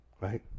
Right